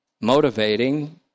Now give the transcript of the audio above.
motivating